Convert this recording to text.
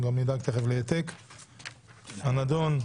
"הנדון: